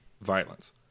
violence